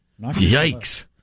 Yikes